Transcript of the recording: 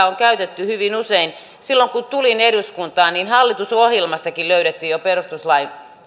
on käytetty hyvin usein silloin kun tulin eduskuntaan niin hallitusohjelmastakin löydettiin jo perustuslain